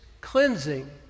cleansing